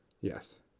yes